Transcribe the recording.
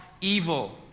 evil